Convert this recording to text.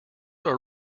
are